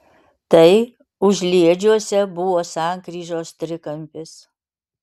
tai užliedžiuose buvo sankryžos trikampis